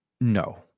no